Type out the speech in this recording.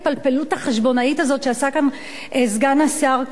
החשבונאית הזאת שעשה כאן סגן השר כהן.